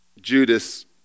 Judas